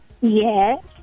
Yes